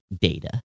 data